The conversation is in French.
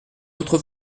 autre